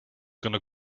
gonna